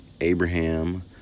Abraham